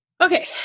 Okay